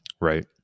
right